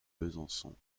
besançon